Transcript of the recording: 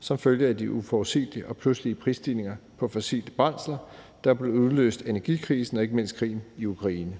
som følge af de uforudsigelige og pludselige prisstigninger på fossile brændsler, der blev udløst af energikrisen og ikke mindst af krigen i Ukraine.